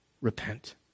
repent